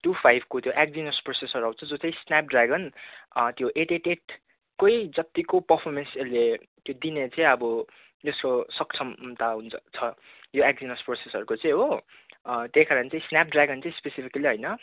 to फाइभको जो Exynos processor आउँछ जो चाहिँ स्नेप ड्रागन त्यो एट एट एटकै जतिको पर्फमेन्स अहिले दिने चाहिँ अब यसको सक्षमता हुन्छ छ यो एक्जिनोस प्रोसेसरको चाहिँ हो त्यही कारण चाहिँ स्नेप ड्रागन चाहिँ स्फेसिकल्ली होइन